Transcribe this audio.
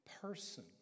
person